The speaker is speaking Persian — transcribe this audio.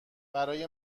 برای